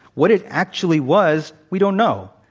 what is actually was, we don't know.